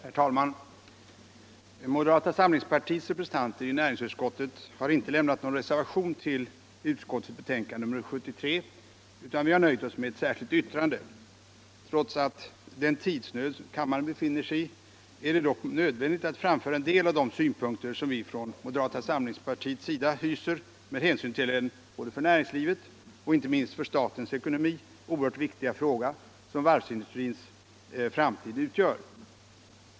Herr talman! Moderata samlingspartiets representanter i näringsutskottet har inte lämnat någon reservation till näringsutskottets betänkande nr 73, utan vi har nöjt oss med ett särskilt yttrande. Trots den tidsnöd kammaren nu befinner sig i är det dock nödvändigt att framföra en del av de synpunkter som vi hyser inom moderata samlingspartiet med hänsyn till den både för näringslivet och, inte minst, för statens ekonomi oerhört viktiga fråga som varvsindustrins framtid utgör.